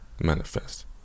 manifest